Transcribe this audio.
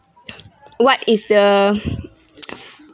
what is the